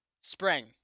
spring